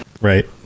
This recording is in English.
right